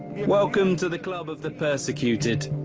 welcome to the group of the persecuted.